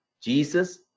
jesus